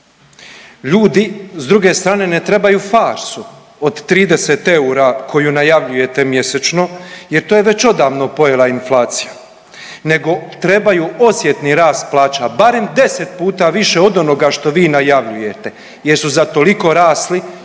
Ljudi s druge strane ne trebaju farsu od 30 eura koju najavljujete mjesečno jer to je već odavno pojela inflacija nego trebaju osjetni rast plaća, barem 10 puta više od onoga što vi najavljujete, jer su za toliko rasli